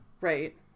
Right